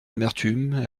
amertume